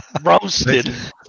Roasted